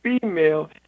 female